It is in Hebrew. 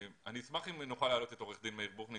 אני אשמח אם נוכל להעלות את עורך דין מאיר בוחניק.